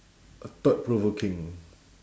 a thought provoking